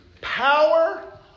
Power